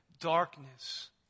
darkness